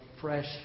fresh